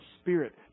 Spirit